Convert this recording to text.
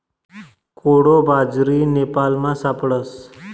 कोडो बाजरी नेपालमा सापडस